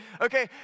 Okay